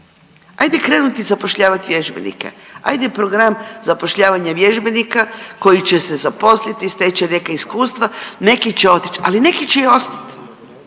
Ajde krenuti zapošljavati vježbenike, ajde program zapošljavanja vježbenika koji će se zaposliti i steći će neka iskustava, neki će otići, ali neki će i ostati.